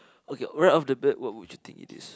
okay right off the bat what would you think it is